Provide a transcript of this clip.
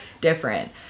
different